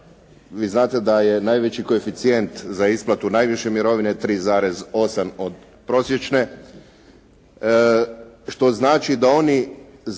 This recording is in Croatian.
vi znate da je najveći koeficijent za isplatu najviše mirovine 3,8 od prosječne, što znači da oni